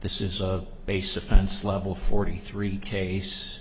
this is of base offense level forty three case